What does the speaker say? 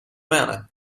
manner